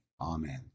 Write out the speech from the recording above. Amen